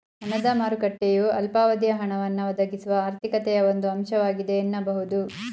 ಹಣದ ಮಾರುಕಟ್ಟೆಯು ಅಲ್ಪಾವಧಿಯ ಹಣವನ್ನ ಒದಗಿಸುವ ಆರ್ಥಿಕತೆಯ ಒಂದು ಅಂಶವಾಗಿದೆ ಎನ್ನಬಹುದು